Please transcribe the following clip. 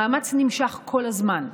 המאמץ נמשך כל הזמן.